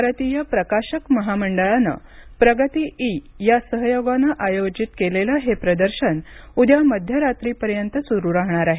भारतीय प्रकाशक महामंडळानं प्रगती इ या सहयोगानं आयोजित केलेलं हे प्रदर्शन उद्या मध्यरात्रीपर्यंत सुरू राहणार आहे